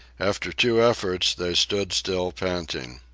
after two efforts, they stood still, panting.